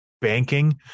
banking